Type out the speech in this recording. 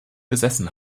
besessen